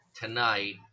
tonight